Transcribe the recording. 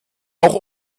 auch